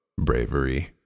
bravery